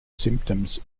symptoms